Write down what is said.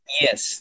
Yes